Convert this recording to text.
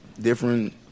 Different